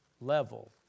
level